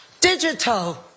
digital